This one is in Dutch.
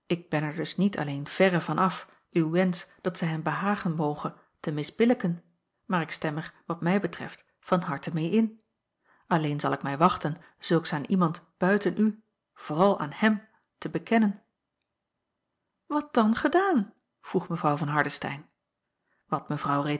ik ben er dus niet alleen verre van af uw wensch dat zij hem behagen moge te misbillijken maar ik stem er wat mij betreft van harte meê in alleen zal ik mij wachten zulks aan iemand buiten u vooral aan hem te bekennen wat dan gedaan vroeg mw van hardestein wat mevrouw